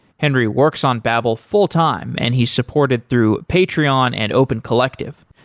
henry works on babel full-time and he's supported through patreon and opencollective.